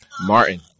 Martin